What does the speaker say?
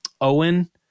owen